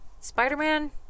Spider-Man